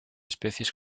especies